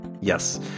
yes